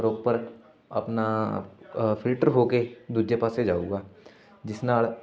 proper ਆਪਣਾ filter ਹੋ ਕੇ ਦੂਜੇ ਪਾਸੇ ਜਾਊਗਾ ਜਿਸ ਨਾਲ